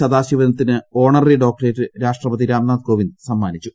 സദാശിവത്തിന് honorary doctorate രാഷ്ട്രപതി രാംനാഥ് കോവിന്ദ് സമ്മാനിച്ചു